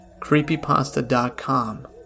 Creepypasta.com